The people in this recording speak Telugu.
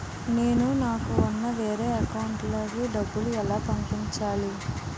నేను నాకు ఉన్న వేరే అకౌంట్ లో కి డబ్బులు ఎలా పంపించాలి?